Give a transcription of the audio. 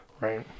Right